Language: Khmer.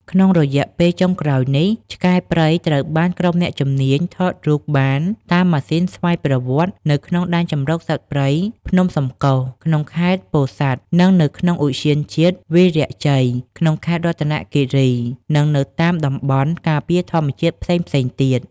ក្នុងរយៈពេលចុងក្រោយនេះ ឆ្កែព្រៃត្រូវបានក្រុមអ្នកជំនាញថតរូបបានតាមម៉ាស៊ីថតស្វ័យប្រវត្តិនៅក្នុង ដែនជម្រកសត្វព្រៃភ្នំសំកុស ក្នុងខេត្តពោធិ៍សាត់ និងនៅក្នុងឧទ្យានជាតិវីរៈជ័យ ក្នុងខេត្តរតនគិរី និងនៅតាមតំបន់ការពារធម្មជាតិផ្សេងៗទៀត។